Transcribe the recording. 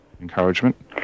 encouragement